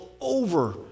over